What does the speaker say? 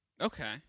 Okay